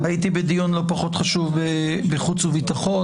הייתי בדיון לא פחות חשוב בחוץ וביטחון